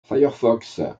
firefox